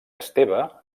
esteve